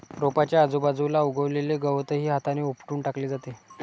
रोपाच्या आजूबाजूला उगवलेले गवतही हाताने उपटून टाकले जाते